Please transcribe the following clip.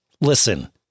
listen